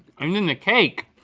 um then the cake.